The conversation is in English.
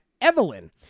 Evelyn